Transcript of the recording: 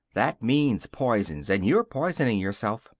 that means poisons, and you're poisoning yourself.